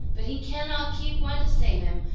but he cannot keep one to save him.